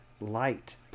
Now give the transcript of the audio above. light